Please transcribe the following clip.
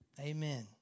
Amen